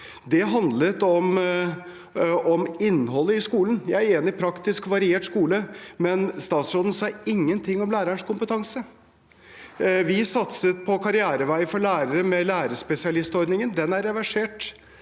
handlet om innholdet i skolen. Jeg er enig i det med en praktisk, variert skole, men statsråden sa ingenting om lærerens kompetanse. Vi satset på karriereveier for lærere med lærerspesialistordningen. Den er reversert.